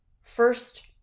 first